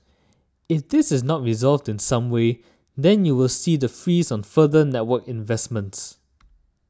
if this is not resolved in some way then you will see the freeze on further network investments